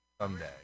someday